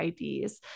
IDs